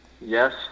Yes